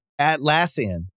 Atlassian